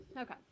Okay